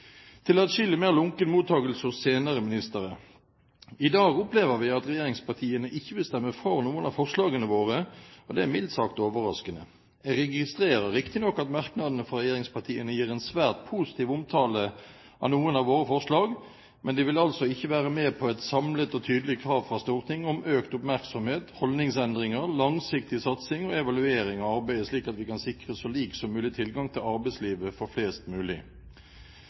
lunken mottakelse hos senere ministre. I dag opplever vi at regjeringspartiene ikke vil stemme for noen av forslagene våre, og det er mildt sagt overraskende. Jeg registrerer riktignok at merknadene fra regjeringspartiene gir en svært positiv omtale av noen av våre forslag, men de vil altså ikke være med på et samlet og tydelig krav fra Stortinget om økt oppmerksomhet, holdningsendringer, langsiktig satsing og evaluering av arbeidet, slik at vi kan sikre så lik tilgang som mulig til arbeidslivet for flest mulig.